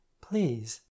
please